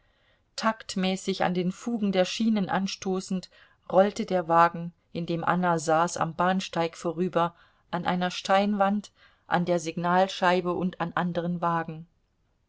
taktmäßig an den fugen der schienen anstoßend rollte der wagen in dem anna saß am bahnsteig vorüber an einer steinwand an der signalscheibe und an anderen wagen